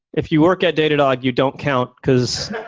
if you work at datadog, you don't count, because